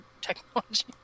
technology